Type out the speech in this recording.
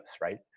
right